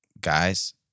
Guys